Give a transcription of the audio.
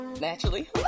naturally